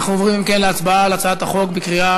אנחנו עוברים, אם כן, להצבעה על הצעת החוק בקריאה